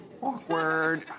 Awkward